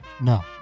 No